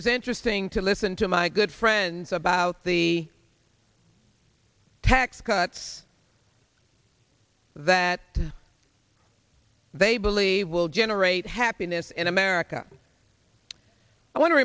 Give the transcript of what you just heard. is interesting to listen to my good friends about the tax cuts that they believe will generate happiness in america i want to